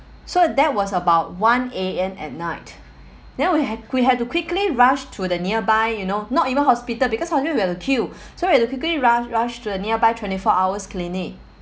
so that was about one A_M at night then we had we had to quickly rushed to the nearby you know not even hospital because hospital will queue so we quickly ru~ rushed to a nearby twenty-four hours clinic